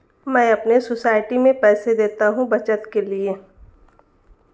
मैं अपने सोसाइटी में पैसे देता हूं बचत के लिए